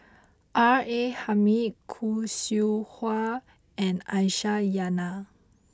R A Hamid Khoo Seow Hwa and Aisyah Lyana